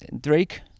drake